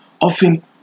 often